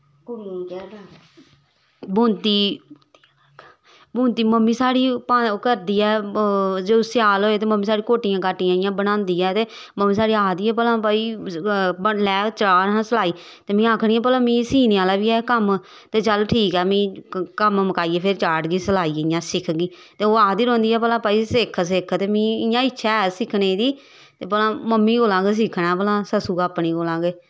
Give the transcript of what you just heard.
बुनती बुनती मम्मी साढ़ी ओह् करदी ऐ जदूं स्याल होऐ मम्मी साढ़ी इ'यां कोटियां काटियां बनांदा ऐ ते मम्मी साढ़ी आखदी ऐ भला भाई बडलै चाढ़ हां सलाई ते में आखनी आं भला में सीने आह्ला बी ऐ कम्म ते चल ठीक ऐ मी कम्म मकाइयै फिर चाढ़गी सलाई इ'यां सिखगी ते ओह् आखदियां रौंह्दियां भला भाई सिक्ख सिक्ख ते मी इ'यां इच्छा ऐ सिक्खने दी ते भला मम्मी कोला गै सिक्खना ऐ भला सस्सू अपनी कोला गै